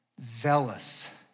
zealous